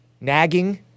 nagging